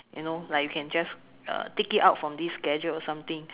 you know like you can just uh take it out from this gadget or something